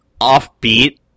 offbeat